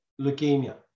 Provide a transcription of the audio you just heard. leukemia